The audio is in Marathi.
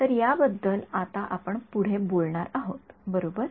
तर या बद्दल आता आपण पुढे बोलणार आहोत बरोबर